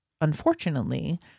unfortunately